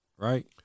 Right